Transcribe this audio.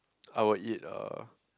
I will eat uh